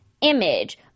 image